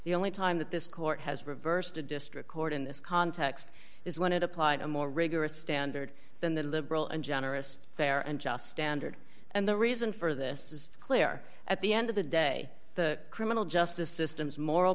the only time that this court has reversed a district court in this context is when it applied a more rigorous standard than the liberal and generous fair and just standard and the reason for this is clear at the end of the day the criminal justice system's moral